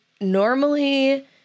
normally